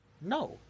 No